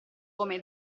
come